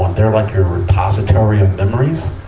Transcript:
they're like your repository of memories.